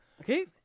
Okay